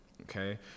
okay